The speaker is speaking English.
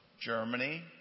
Germany